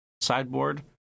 Sideboard